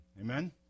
amen